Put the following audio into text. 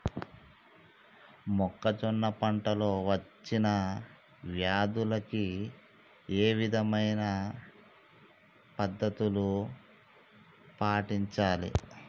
మొక్కజొన్న పంట లో వచ్చిన వ్యాధులకి ఏ విధమైన పద్ధతులు పాటించాలి?